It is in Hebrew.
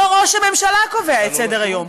לא ראש הממשלה קובע את סדר-היום.